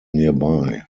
nearby